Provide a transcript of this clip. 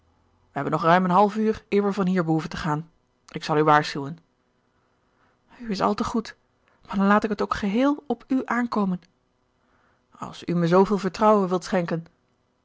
wij hebben nog ruim een half uur eer we van hier behoeven te gaan ik zal u waarschuwen u is al te goed maar dan laat ik het ook geheel op u aankomen als u me zooveel vertrouwen wilt schenken